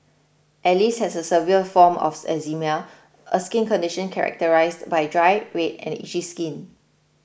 Alice has a severe form of eczema a skin condition characterised by dry red and itchy skin